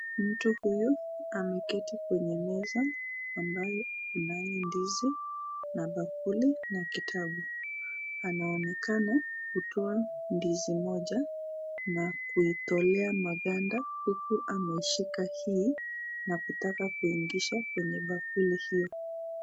Mtu huyu ameketi kwenye meza ambayo inayondizi na bakuli na kitabu. Anaonekana kutoa ndizi moja na kuitolea maganda huku ameshika hii nakutaka kuiingisha kwenye bakuli hiyo.